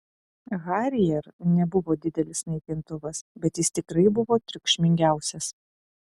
harrier nebuvo didelis naikintuvas bet jis tikrai buvo triukšmingiausias